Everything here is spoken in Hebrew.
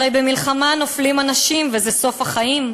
הרי במלחמה נופלים אנשים וזה סוף החיים,